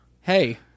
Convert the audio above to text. Hey